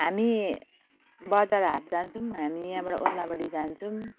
हामी बजारहाट जान्छौँ हामी यहाँबाट ओद्लाबाडी जान्छौँ